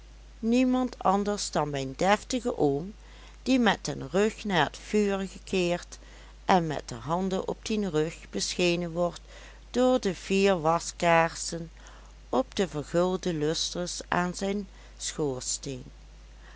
niemand anders dan mijn deftigen oom die met den rug naar het vuur gekeerd en met de handen op dien rug beschenen wordt door de vier waskaarsen op de vergulde lustres aan zijn schoorsteen